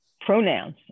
pronouns